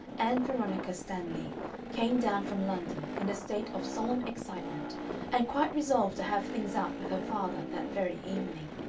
ann veronica stanley came down from london in a state of solemn excitement and quite resolved to have things out with her father that very evening.